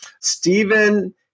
Stephen